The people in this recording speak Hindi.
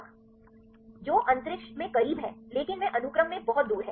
छात्र संदर्भ समय १ २६ जो अंतरिक्ष में करीब हैं लेकिन वे अनुक्रम में बहुत दूर हैं